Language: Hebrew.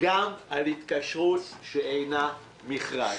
גם על התקשרות שאינה מכרז?